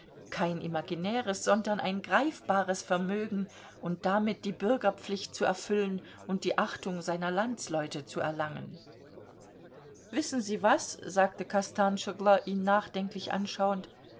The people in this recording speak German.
kein imaginäres sondern ein greifbares vermögen und damit die bürgerpflicht zu erfüllen und die achtung seiner landsleute zu erlangen wissen sie was sagte kostanschoglo ihn nachdenklich anschauend